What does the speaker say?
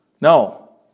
No